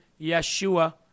Yeshua